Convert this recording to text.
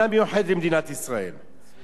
וגם בארצות-הברית, באנגליה,